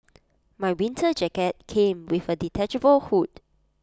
my winter jacket came with A detachable hood